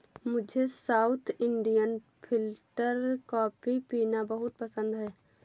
मुझे south Indian filter coffee पीना बहुत पसंद है